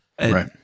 Right